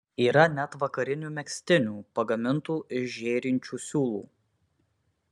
yra net vakarinių megztinių pagamintų iš žėrinčių siūlų